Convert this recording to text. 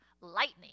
lightning